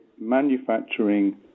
manufacturing